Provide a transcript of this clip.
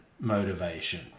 motivation